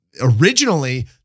Originally